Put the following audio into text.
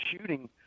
shooting